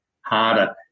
harder